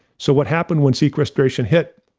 so, what happened when sequestration hit,